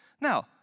Now